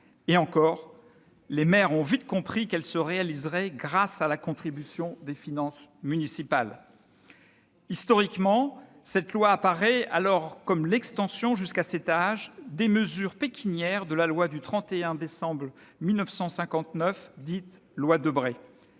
Et encore, les maires ont vite compris qu'elle se réaliserait grâce à la contribution des finances municipales. Historiquement, cette loi apparaît alors comme l'extension, jusqu'à cet âge, des mesures pécuniaires de la loi du 31 décembre 1959, dite loi Debré.